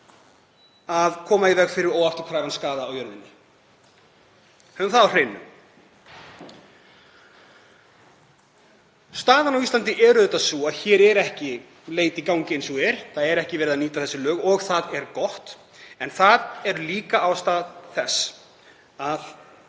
að koma í veg fyrir óafturkræfan skaða á jörðinni. Höfum það á hreinu. Staðan á Íslandi er sú að hér er ekki leit í gangi eins og er, ekki verið að nýta þessi lög, og það er gott. En það er líka ástæða þess að